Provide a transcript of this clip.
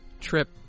trip